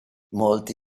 molti